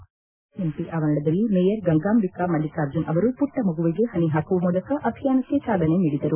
ಬೆಂಗಳೂರಿನ ಬಿಬಿಎಂಪಿ ಆವರಣದಲ್ಲಿ ಮೇಯರ್ ಗಂಗಾಂಬಿಕಾ ಮಲ್ಲಿಕಾರ್ಜುನ್ ಅವರು ಮಟ್ಟ ಮಗುವಿಗೆ ಪನಿ ಹಾಕುವ ಮೂಲಕ ಅಭಿಯಾನಕ್ಕೆ ಚಾಲನೆ ನೀಡಿದರು